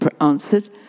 answered